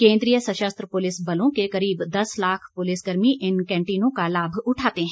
केन्द्रीय सशस्त्र पुलिस बलों के करीब दस लाख पुलिस कर्मी इन कैंटीनों का लाभ उठाते हैं